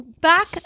back